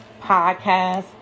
podcast